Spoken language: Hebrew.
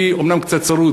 אני אומנם קצת צרוד,